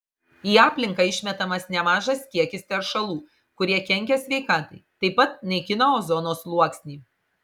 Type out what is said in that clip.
į aplinką išmetamas nemažas kiekis teršalų kurie kenkia sveikatai taip pat naikina ozono sluoksnį